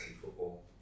football